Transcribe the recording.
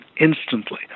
instantly